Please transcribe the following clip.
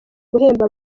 guhemba